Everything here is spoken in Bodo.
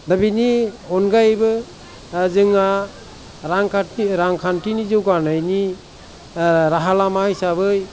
दा बेनि अनगायैबो जोंहा रांखान्थि रांखान्थिनि जौगानायनि राहा लामा हिसाबै